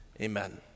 Amen